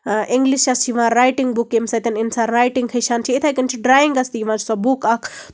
اِنگلِشَس چھِ یِوان writing book ییٚمہِ سۭتۍ اِنسان ریٹِنگ ہیٚچھان چھِ یِتھٕے کنۍ چھُ ڈرینگَس تہِ یِوان سۄ بُک اکھ